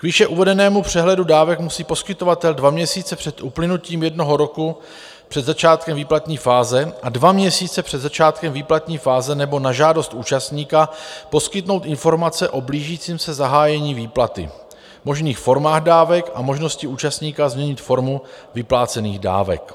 K výše uvedenému přehledu dávek musí poskytovatel dva měsíce před uplynutím jednoho roku před začátkem výplatní fáze a dva měsíce před začátkem výplatní fáze nebo na žádost účastníka poskytnout informace o blížícím se zahájení výplaty, možných formách dávek a možnosti účastníka změnit formu vyplácených dávek.